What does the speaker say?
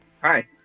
Hi